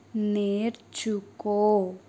నేర్చుకో